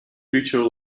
creature